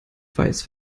weiß